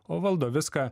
o valdo viską